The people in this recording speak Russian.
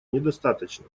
недостаточно